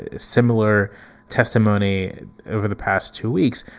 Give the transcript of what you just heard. ah similar testimony over the past two weeks,